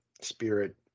Spirit